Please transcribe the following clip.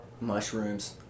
mushrooms